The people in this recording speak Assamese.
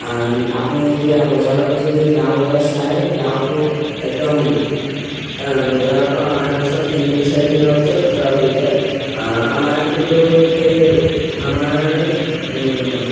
আপুনি এতিয়া বজাৰত যদি লাও এটা চাই লাওটো একদম বজাৰৰ পৰা অনাৰ পিছত তিনিদিন চাৰিদিনৰ পিছত তুতুৰা পৰি যায় আমাৰ কিন্তু সেই আমাৰ